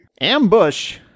Ambush